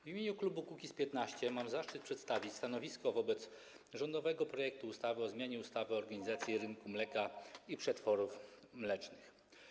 W imieniu klubu Kukiz’15 mam zaszczyt przedstawić stanowisko wobec rządowego projektu ustawy o zmianie ustawy o organizacji rynku mleka i przetworów mlecznych.